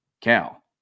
Cal